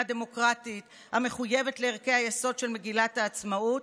דמוקרטית המחויבת לערכי היסוד של מגילת העצמאות,